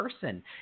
person